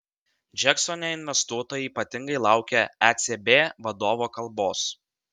džeksone investuotojai ypatingai laukė ecb vadovo kalbos